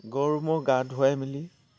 গৰু ম'হ গা ধুৱাই মেলি